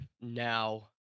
now